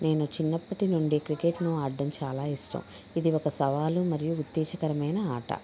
నేను చిన్నప్పత్టినుండి క్రికెట్ను అడడం చాలా ఇష్టం ఇది ఒక సవాలు మరియు ఉత్తేజకరమైన ఆట